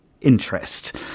Interest